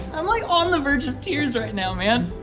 i'm like on the verge of tears right now, man